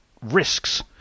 risks